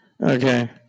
Okay